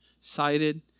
cited